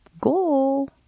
Go